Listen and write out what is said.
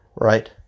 Right